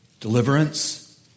deliverance